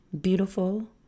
beautiful